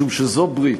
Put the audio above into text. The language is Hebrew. משום שזו ברית.